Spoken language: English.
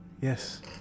yes